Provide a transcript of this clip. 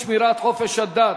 שמירת חופש הדת),